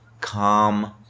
calm